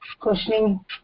questioning